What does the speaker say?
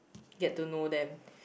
get to know them